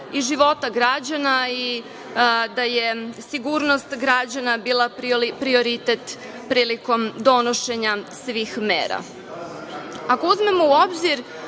i života građana i da je sigurnost građana bila prioritet prilikom donošenja svih mera. Ako uzmemo u obzir